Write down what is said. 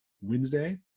Wednesday